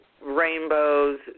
rainbows